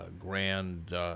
Grand